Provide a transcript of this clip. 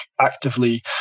actively